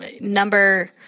number